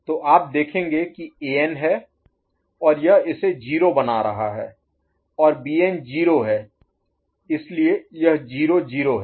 तो आप देखेंगे कि एएन है और यह इसे 0 बना रहा है और बीएन 0 है इसलिए यह 0 0 है